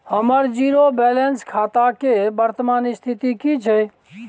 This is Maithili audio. हमर जीरो बैलेंस खाता के वर्तमान स्थिति की छै?